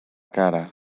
cara